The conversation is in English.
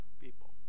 people